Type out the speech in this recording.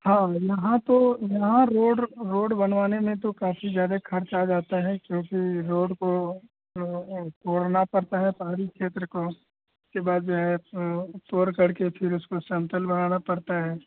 हाँ लेकिन यहाँ तो यहाँ रोड रोड बनवाने में तो काफी ज़्यादा खर्च आ जाता है क्योंकि रोड को रोड को तोड़ना पड़ता है पहाड़ी क्षेत्र को उसके बाद जो है तो तोड़ करके फिर उसको समतल बनाना पड़ता है